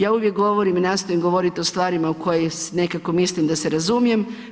Ja uvijek govorim i nastojim govoriti o stvarima o kojima nekako mislim da se razumijem.